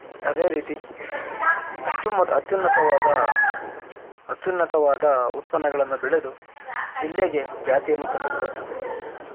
ಅದೇ ರೀತಿ ಅತ್ಯುಮ್ಮತ ಅತ್ಯುನ್ನತವಾದ ಅತ್ಯುನ್ನತವಾದ ಉತ್ಪನ್ನಗಳನ್ನು ಬೆಳೆದು ಜಿಲ್ಲೆಗೆ ಖ್ಯಾತಿಯನ್ನು ತಂದುಕೊಡುತ್ತದೆ